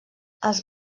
els